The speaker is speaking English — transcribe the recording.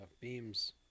beams